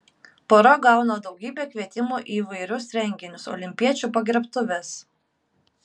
pora gauna daugybę kvietimų į įvairius renginius olimpiečių pagerbtuves